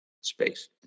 space